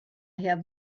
have